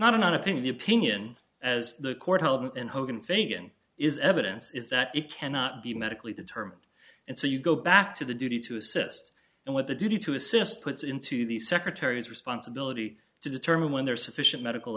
not a not a thing the opinion as the court held and hogan fagan is evidence is that it cannot be medically determined and so you go back to the duty to assist and what the duty to assist puts into the secretary's responsibility to determine when there is sufficient medical